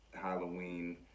Halloween